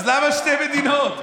אז למה שתי מדינות?